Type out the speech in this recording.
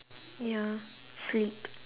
ya sleep